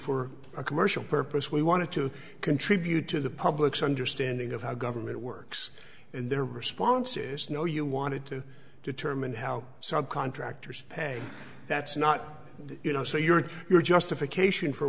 for a commercial purpose we wanted to contribute to the public's understanding of how government works and their response is no you wanted to determine how subcontractors pay that's not you know so your and your justification for